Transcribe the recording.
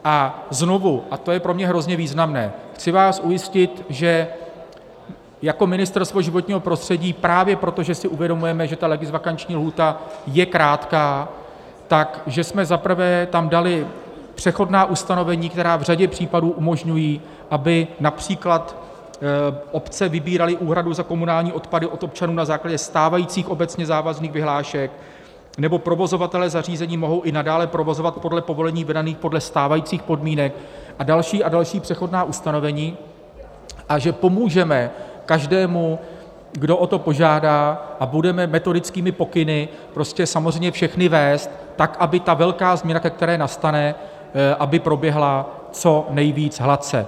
A znovu, a to je pro mě hrozně významné, chci vás ujistit, že jako Ministerstvo životního prostředí právě proto, že si uvědomujeme, že ta legisvakanční lhůta je krátká, jsme za prvé tam dali přechodná ustanovení, která v řadě případů umožňují, aby například obce vybíraly úhradu za komunální odpady od občanů na základě stávajících obecně závazných vyhlášek, nebo provozovatelé zařízení mohou i nadále provozovat podle povolení vydaných podle stávajících podmínek a další a další přechodná ustanovení, a že pomůžeme každému, kdo o to požádá, a budeme metodickými pokyny prostě samozřejmě všechny vést tak, aby ta velká změna, která nastane, proběhla co nejvíc hladce.